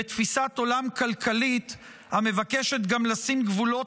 בתפיסת עולם כלכלית המבקשת גם לשים גבולות